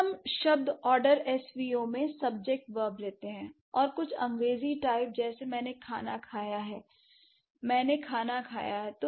अब हम शब्द ऑर्डर एसवीओ में सब्जेक्ट वर्ब लेते हैं और कुछ अंग्रेजी टाइप जैसे मैंने खाना खाया है